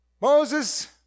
Moses